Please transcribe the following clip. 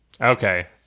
okay